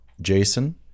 Jason